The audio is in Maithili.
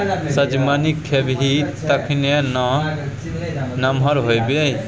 सजमनि खेबही तखने ना नमहर हेबही